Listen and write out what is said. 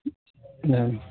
दे